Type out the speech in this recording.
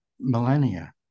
millennia